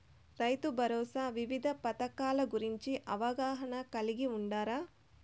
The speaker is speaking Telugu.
రైతుభరోసా వివిధ పథకాల గురించి అవగాహన కలిగి వుండారా?